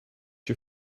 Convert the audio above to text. you